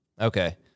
Okay